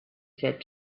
said